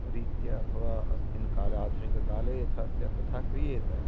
रीत्या अथवा अस्मिन् काले आधुनिककाले यथा स्यात् तथा क्रियेत